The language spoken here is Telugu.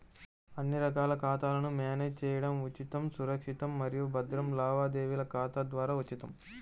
అన్ని రకాల ఖాతాలను మ్యానేజ్ చేయడం ఉచితం, సురక్షితం మరియు భద్రం లావాదేవీల ఖాతా ద్వారా ఉచితం